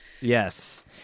Yes